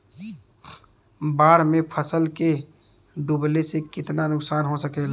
बाढ़ मे फसल के डुबले से कितना नुकसान हो सकेला?